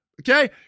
okay